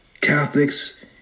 Catholics